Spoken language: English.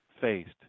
faced